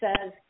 says